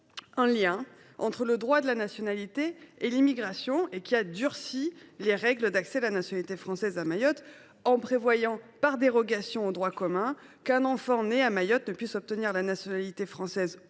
un lien entre le droit de la nationalité et l’immigration, a durci les règles d’accès à la nationalité française à Mayotte. Elle prévoit ainsi, par dérogation au droit commun, qu’un enfant né à Mayotte ne peut obtenir la nationalité française